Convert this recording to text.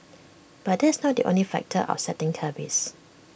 but that is not the only factor upsetting cabbies